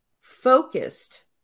focused